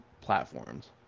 platforms